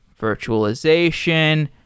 virtualization